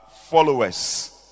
followers